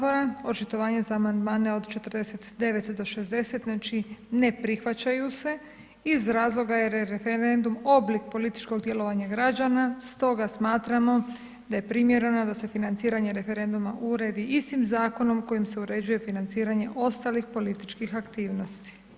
Očitovanje za amandmane od 49. do 60., znači, ne prihvaćaju se iz razloga jer je referendum oblik političkog djelovanja građana, stoga smatramo da je primjereno da se financiranje referenduma uredi istim zakonom kojim se uređuje financiranje ostalih političkih aktivnosti.